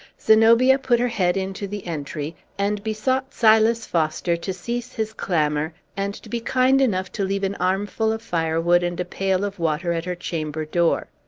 zenobia put her head into the entry, and besought silas foster to cease his clamor, and to be kind enough to leave an armful of firewood and a pail of water at her chamber door.